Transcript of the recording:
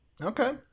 okay